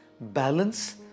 balance